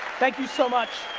thank you so much.